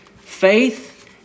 faith